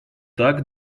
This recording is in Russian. так